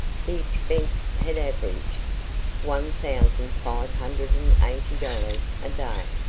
the expense had averaged one thousand five hundred and eighty dollars a day.